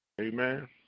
amen